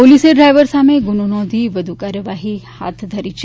પોલીસે ડ્રાઇવર સામે ગ્રુનો નોંધી વધુ કાર્યવાહી હાથ ધરી છે